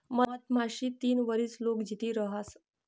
मधमाशी तीन वरीस लोग जित्ती रहास